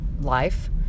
life